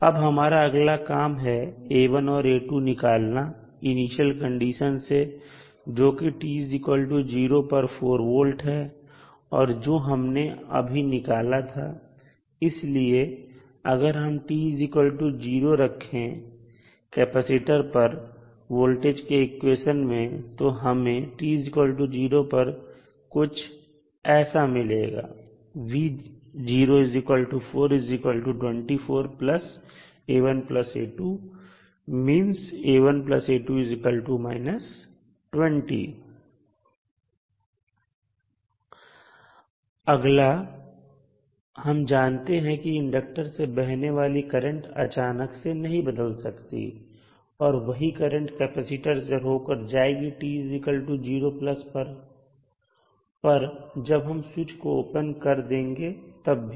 अब हमारा अगला काम है A1 और A2 निकालना इनिशियल कंडीशन से जोकि t0 पर 4V है जो हमने अभी निकाला था इसलिए अगर हम t0 रखें कैपेसिटर पर वोल्टेज के इक्वेशन में तो हमें t0 पर कुछ ऐसा मिलेगा अगला हम जानते हैं कि इंडक्टर से बहने वाली करंट अचानक से नहीं बदल सकती और वही करंट कैपेसिटर से होकर जाएगी t0 पर जब हम स्विच को ओपन कर देंगे तब भी